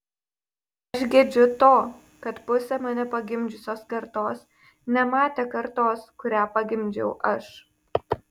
aš gedžiu to kad pusė mane pagimdžiusios kartos nematė kartos kurią pagimdžiau aš